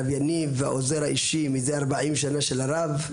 הרב יניב והעוזר האישי מזה 40 שנה של הרב,